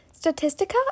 Statistica